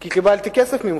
כי קיבלתי כסף ממך,